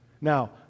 Now